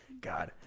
God